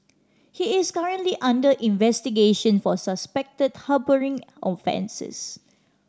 he is currently under investigation for suspected harbouring offences